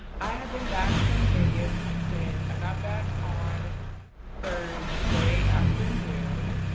i have been back from vegas, since i got back on thursday afternoon,